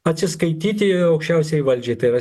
atsiskaityti aukščiausiajai valdžiai tai yra